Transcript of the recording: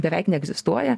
beveik neegzistuoja